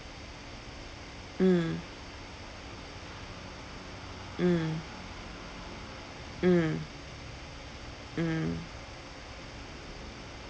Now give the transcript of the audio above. mm mm mm mm